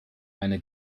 eine